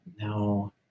No